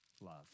love